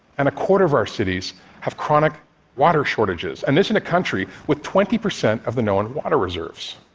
and a quarter of our cities have chronic water shortages and this, in a country with twenty percent of the known water reserves.